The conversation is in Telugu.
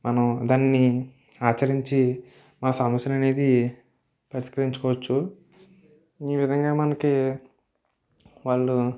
మనం దాన్ని ఆచరించి మా సమస్యలు అనేది పరిష్కరించుకోవచ్చు ఈ విధంగా మనకి వాళ్ళు